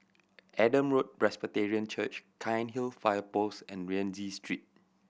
Adam Road Presbyterian Church Cairnhill Fire Post and Rienzi Street